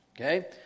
Okay